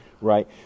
Right